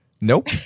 Nope